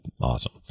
awesome